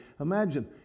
Imagine